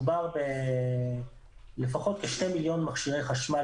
מדובר בלפחות כ-2 מיליון מכשירי חשמל